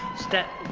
step